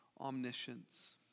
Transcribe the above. omniscience